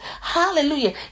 Hallelujah